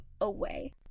away